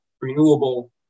renewable